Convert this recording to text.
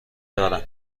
دارم